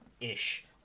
ish